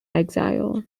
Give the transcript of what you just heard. exile